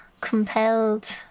compelled